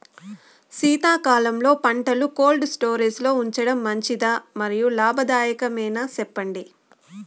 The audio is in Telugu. శీతాకాలంలో పంటలు కోల్డ్ స్టోరేజ్ లో ఉంచడం మంచిదా? మరియు లాభదాయకమేనా, సెప్పండి